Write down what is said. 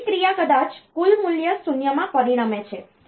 છેલ્લી ક્રિયા કદાચ કુલ મૂલ્ય 0 માં પરિણામે છે